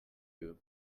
you